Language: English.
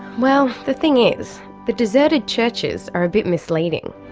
well, the thing is, the deserted churches are a bit misleading.